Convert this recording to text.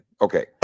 okay